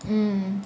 mm